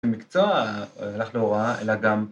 ‫במקצוע, הלך להוראה, אלא גם...